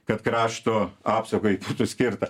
kad krašto apsaugai būtų skirta